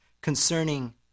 concerning